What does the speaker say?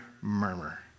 murmur